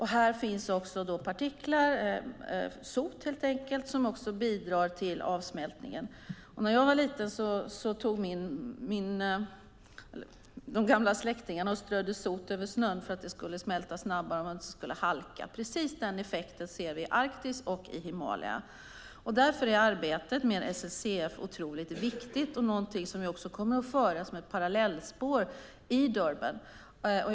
Här finns också partiklar - sot, helt enkelt - som också bidrar till avsmältningen. När jag var liten tog gamla släktingar och strödde sot över snön för att den skulle smälta snabbare och man inte skulle halka. Precis den effekten ser vi i Arktis och Himalaya. Därför är arbetet med SLCF otroligt viktigt och något som vi också kommer att föra som ett parallellspår i Durban.